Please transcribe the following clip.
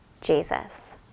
jesus